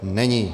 Není.